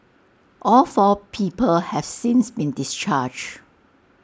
all four people have since been discharged